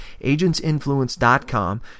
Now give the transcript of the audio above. Agentsinfluence.com